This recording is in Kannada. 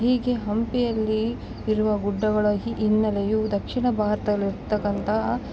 ಹೀಗೆ ಹಂಪಿಯಲ್ಲಿ ಇರುವ ಗುಡ್ಡಗಳ ಹಿನ್ನಲೆಯು ದಕ್ಷಿಣ ಭಾರತದಲ್ಲಿ ಇರ್ತಕಂತಹ